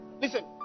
Listen